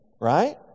right